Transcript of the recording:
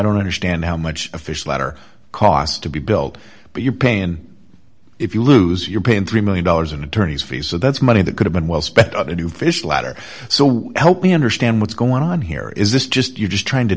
don't understand how much a fish ladder cost to be built but you're paying if you lose your paying three million dollars in attorney's fees so that's money that could have been well spent on a new fish ladder so help me understand what's going on here is this just you just trying to